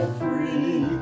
free